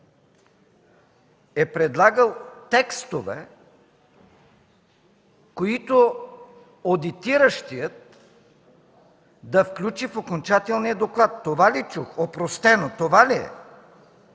е предлагал текстове, които одитиращият да включи в окончателния доклад – това ли чухме, опростено, това ли е?!